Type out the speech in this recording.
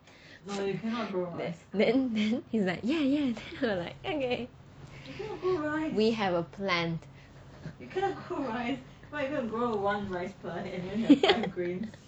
then he's like yeah yeah then I was like okay we have a plan